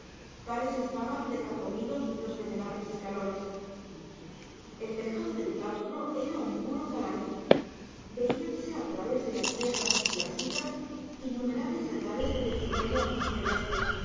tales estaban de carcomidos los venerables escalones el tejado del claustro era un puro calado veíanse al través de las tejas y las vigas innumerables retales de terciopelo azul celeste